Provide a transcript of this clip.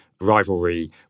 rivalry